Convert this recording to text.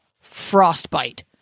frostbite